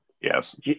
Yes